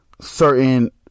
certain